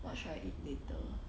what should I eat later